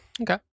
okay